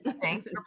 thanks